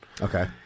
Okay